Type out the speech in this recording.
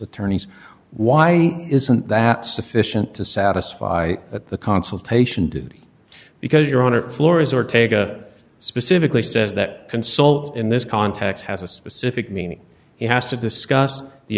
attorneys why isn't that sufficient to satisfy at the consultation did because you're on a floor is ortega specifically says that consult in this context has a specific meaning he has to discuss the